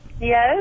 Yes